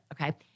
okay